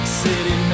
city